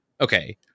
okay